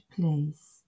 place